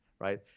right